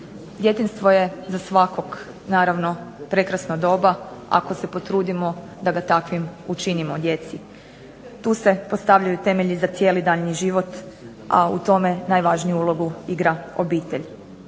Djetinjstvo je za svakog naravno prekrasno doba, ako se potrudimo da ga takvim učinimo djeci. Tu se postavljaju temelji za cijeli daljnji život, a u tome najvažniju ulogu igra obitelj.